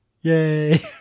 Yay